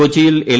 കൊച്ചിയിൽ എൽ